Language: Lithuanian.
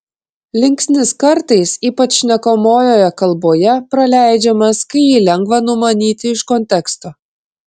linksnis kartais ypač šnekamojoje kalboje praleidžiamas kai jį lengva numanyti iš konteksto